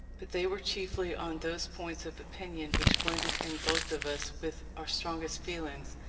but they were chiefly on those points of opinion which blended in both of us with our strongest feelings,